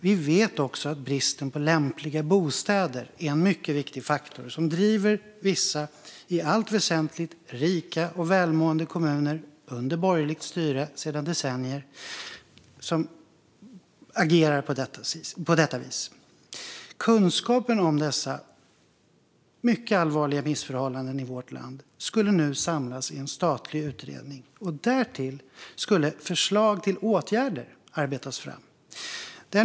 Vi vet också att bristen på lämpliga bostäder är en mycket viktig faktor som driver vissa i allt väsentligt rika och välmående kommuner som är under borgerligt styre sedan decennier att agera på detta vis. Kunskapen om dessa mycket allvarliga missförhållanden i vårt land skulle nu samlas i en statlig utredning. Därtill skulle förslag på åtgärder arbetas fram.